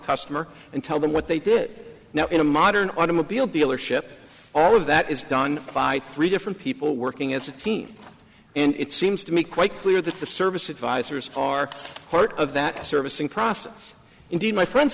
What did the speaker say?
customer and tell them what they did now in a modern automobile dealership all of that is done by three different people working as a team and it seems to me quite clear that the service advisors are part of that service and process indeed my friends